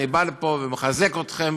אני בא לפה ומחזק אתכם.